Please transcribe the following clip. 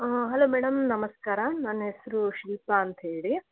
hello madam ನಮಸ್ಕಾರ ನನ್ನ ಹೆಸರು ಶಿಲ್ಪಾ ಅಂತ ಹೇಳಿ